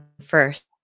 first